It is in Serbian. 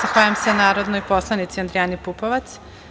Zahvaljujem se narodnoj poslanici Adrijani Pupovac.